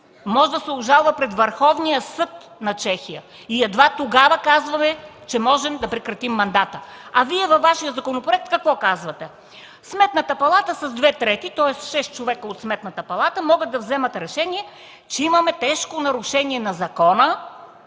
може да се обжалва пред Върховния съд на Чехия и едва тогава казваме, че можем да прекратим мандата. А Вие във Вашия законопроект какво казвате? Сметната палата с две трети – тоест шест човека от Сметната палата могат да вземат решение, че има тежко нарушение на закона